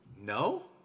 No